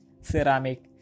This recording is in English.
ceramic